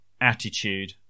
attitude